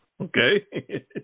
Okay